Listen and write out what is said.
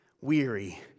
weary